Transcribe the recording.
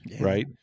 right